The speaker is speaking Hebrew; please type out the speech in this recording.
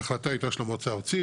ההחלטה הייתה של המועצה הארצית,